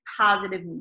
positive